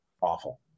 awful